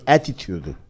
Attitude